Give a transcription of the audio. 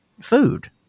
Food